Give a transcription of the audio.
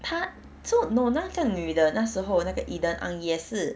他 so no 那个女的那时候那个 eden ang 也是